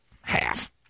half